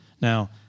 Now